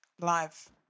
Live